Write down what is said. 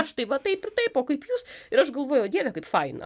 aš tai va taip ir taip o kaip jūs ir aš galvojau dieve kaip faina